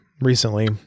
recently